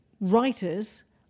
writers